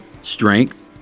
strength